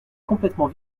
complètement